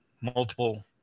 multiple